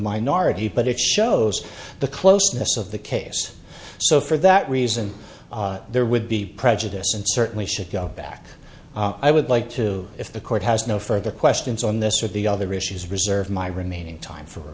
minority but it shows the closeness of the case so for that reason there would be prejudice and certainly should go back i would like to if the court has no further questions on this or the other issues reserve my remaining time for